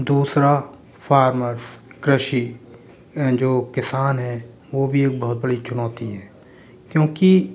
दूसरा फार्मर्स कृषि जो किसान हैं वो भी एक बहुत बड़ी चुनौती हैं क्योंकि